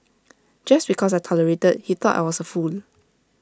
just because I tolerated he thought I was A fool